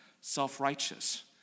self-righteous